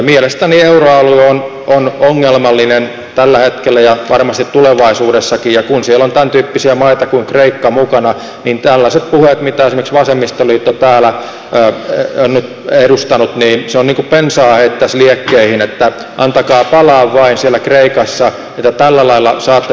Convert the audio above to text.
mielestäni euroalue on ongelmallinen tällä hetkellä ja varmasti tulevaisuudessakin ja kun siellä on tämäntyyppisiä maita kuin kreikka mukana niin tällaiset puheet mitä esimerkiksi vasemmistoliitto täällä on nyt edustanut ovat niin kuin bensaa heittäisi liekkeihin että antakaa palaa vain siellä kreikassa että tällä lailla saatte talouden kasvuun